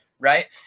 right